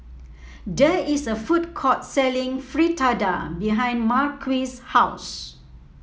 there is a food court selling Fritada behind Marquis' house